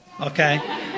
okay